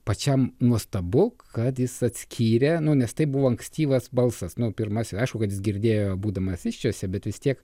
pačiam nuostabu kad jis atskyrė nu nes tai buvo ankstyvas balsas nu pirmiausia aišku kad jis girdėjo būdamas įsčiose bet vis tiek